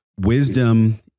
Wisdom